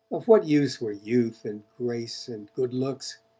of what use were youth and grace and good looks,